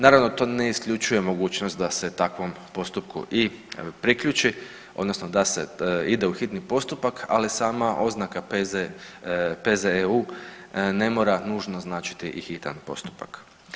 Naravno to ne isključuje mogućnost da se takvom postupku i priključi odnosno da se ide u hitni postupak, ali sam oznaka P.Z., P.Z.EU ne mora nužno značiti i hitan postupak.